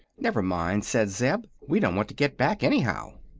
never mind, said zeb, we don't want to get back, anyhow.